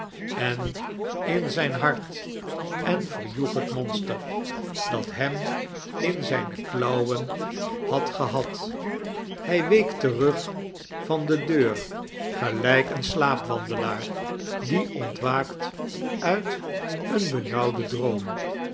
en in zijn hart en verjoeg het monster dat hem in zijne klauwen had gehad hij week terug van de'deut gelijk een slaapwandelaar die ontwaakt uit een benauwden droom